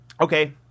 Okay